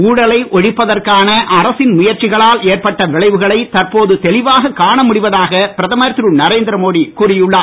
ஊழலை ஒழிப்பதற்கான அரசின் முயற்சிகளால் ஏற்பட்ட விளைவுகளை தற்போது தெளிவாக காண முடிவதாக பிரதமர் திரு நரேந்திரமோடி கூறி உள்ளார்